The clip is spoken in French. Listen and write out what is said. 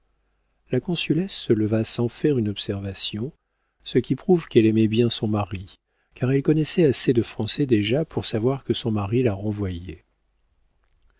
la consulesse se leva sans faire une observation ce qui prouve qu'elle aimait bien son mari car elle connaissait assez de français déjà pour savoir que son mari la renvoyait